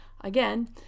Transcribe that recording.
again